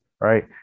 right